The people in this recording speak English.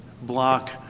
block